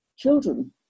Children